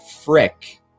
frick